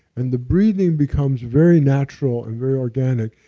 and the breathing becomes very natural and very organic.